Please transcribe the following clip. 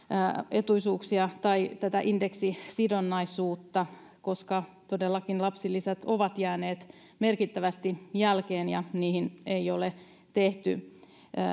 etuisuuksia tai tätä indeksisidonnaisuutta koska todellakin lapsilisät ovat jääneet merkittävästi jälkeen ja niihin ei ole tehty